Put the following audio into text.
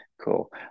Cool